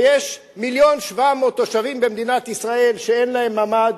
ויש 1.7 מיליון תושבים במדינת ישראל שאין להם ממ"ד,